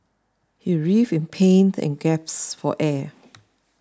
he writhed in pains and gasped for air